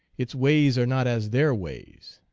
its ways are not as their ways.